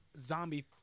zombie